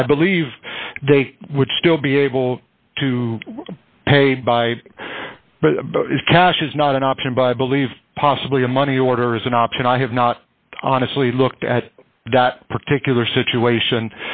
i believe they would still be able to pay by cash is not an option buy believe possibly a money order is an option i have not honestly looked at that particular situation